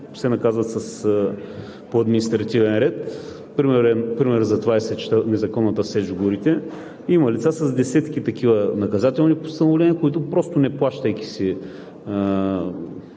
се наказват по административен ред. Пример за това е незаконната сеч в горите. Има лица с десетки такива наказателни постановления, които, неплащайки